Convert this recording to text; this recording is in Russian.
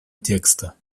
текста